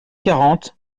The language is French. quarante